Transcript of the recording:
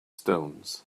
stones